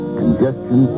congestion